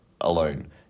alone